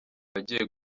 bagiye